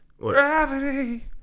Gravity